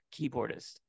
keyboardist